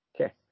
Okay